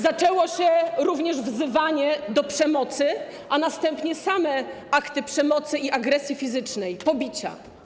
Zaczęło się także wzywanie do przemocy, a następnie były same akty przemocy i agresji fizycznej, pobicia.